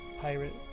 Pirate